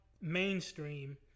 mainstream